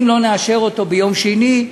אם לא נאשר אותו ביום שני,